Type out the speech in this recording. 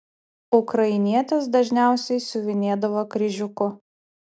ukrainietės dažniausiai siuvinėdavo kryžiuku